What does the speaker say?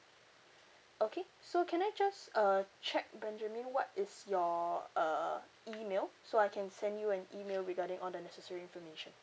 okay so can I just uh check benjamin what is your uh email so I can send you an email regarding all the necessary information